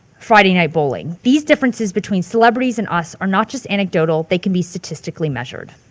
friday night bowling. these differences between celebrities and us are not just anecdotal they can be statistically measured.